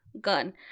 gun